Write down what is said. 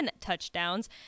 touchdowns